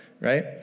right